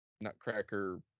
Nutcracker